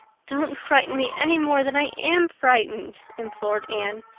don't frighten me any more than i am frightened, implored anne.